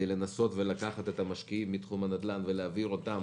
לנסות ולקחת את המשקיעים מתחום הנדל"ן ולהעביר אותם